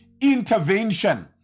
intervention